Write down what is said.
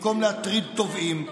במקום להטריד תובעים,